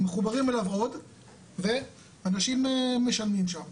מחוברים אליו עוד ואנשים משלמים שם.